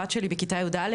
הבת שלי בכיתה י"א,